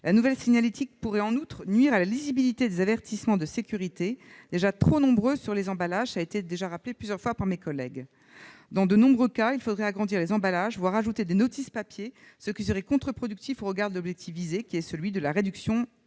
La nouvelle signalétique pourrait en outre nuire à la lisibilité des avertissements de sécurité, déjà trop nombreux sur les emballages, cela a été rappelé à plusieurs reprises par mes collègues. Dans de nombreux cas, il faudrait agrandir les emballages, voire ajouter des notices en papier, ce qui serait contre-productif au regard de l'objectif visé de réduction